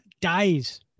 dies